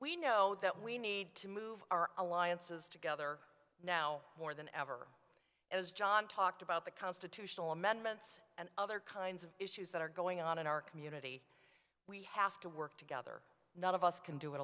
we know that we need to move our alliances together now more than ever as john talked about the constitutional amendments and other kinds of issues that are going on in our community we have to work together none of us can do it